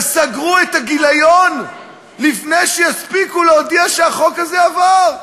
וסגרו את הגיליון לפני שיספיקו להודיע שהחוק הזה עבר?